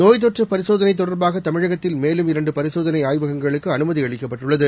நோய் தொற்று பரிசோதனை தொடர்பாக தமிழகத்தில் மேலும் இரன்டு பரிசோதனை ஆய்வகங்களுக்கு அனுமதி அளிக்கப்பட்டுள்ளது